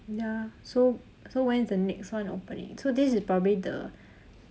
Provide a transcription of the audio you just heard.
ya so so when is the next one opening so this is probably the